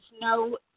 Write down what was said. no